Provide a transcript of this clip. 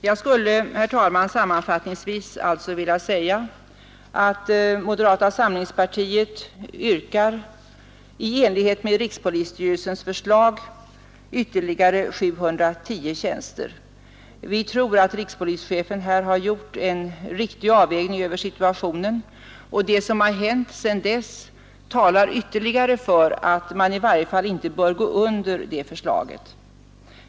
Jag skulle, herr talman, sammanfattningsvis vilja säga att moderata samlingspartiet i enlighet med rikspolisstyrelsens förslag yrkar ytterligare 710 tjänster. Vi tror att rikspolischefen här har gjort en riktig avvägning av situationen, och det som har hänt sedan dess talar ytterligare för att man i varje fall inte bör gå under det förslaget.